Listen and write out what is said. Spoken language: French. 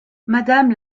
madame